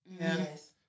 Yes